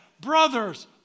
brothers